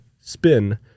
spin